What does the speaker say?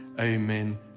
Amen